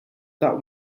that